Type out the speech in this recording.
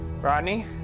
Rodney